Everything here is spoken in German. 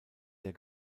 der